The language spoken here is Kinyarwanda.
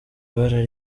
bara